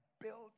build